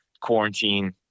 quarantine